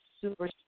super